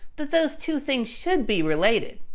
that those two things should be related.